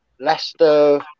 Leicester